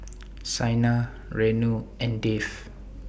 Saina Renu and Dev